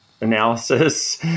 analysis